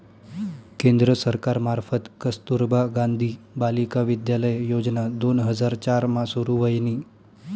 केंद्र सरकार मार्फत कस्तुरबा गांधी बालिका विद्यालय योजना दोन हजार चार मा सुरू व्हयनी